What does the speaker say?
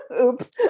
Oops